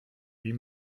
wie